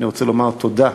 אני רוצה לומר תודה,